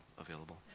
available